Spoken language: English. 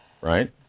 right